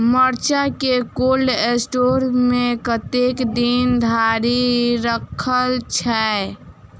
मिर्चा केँ cold store मे कतेक दिन धरि राखल छैय?